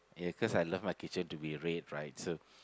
yeah cause I love my kitchen to be red right so